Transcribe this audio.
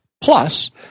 Plus